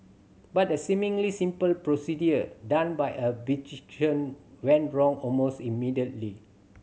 but the seemingly simple procedure done by a beautician went wrong almost immediately